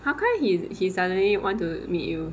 how come he he suddenly want to meet you